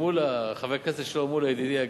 מולה, חבר הכנסת שלמה מולה, ידידי היקר,